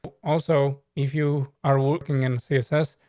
also, if you are working in css,